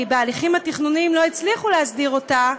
כי בהליכים התכנוניים לא הצליחו להסדיר אותה,